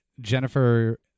Jennifer